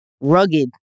rugged